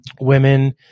women